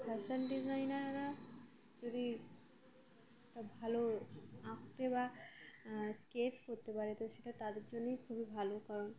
fashion ডিজাইনাররা যদি একটা ভালো আঁকতে বা স্কেচ করতে পারে তো সেটা তাদের জন্যই খুবই ভালো কারণ